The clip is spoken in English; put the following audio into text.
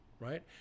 right